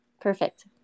Perfect